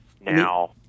Now